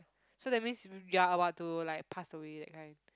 so that means y~ you are about to like pass away that kind